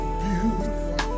beautiful